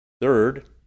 Third